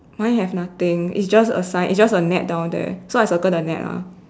mine have nothing it's just a sign it's just a net down there so I circle the net lah